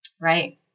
Right